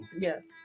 Yes